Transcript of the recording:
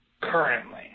currently